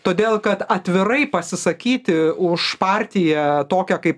todėl kad atvirai pasisakyti už partiją tokią kaip